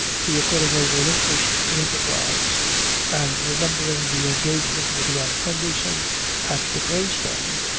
he accordingly relinquished the enterprise and remembering the engagement with young henderson at the grey stone,